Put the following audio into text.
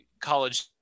college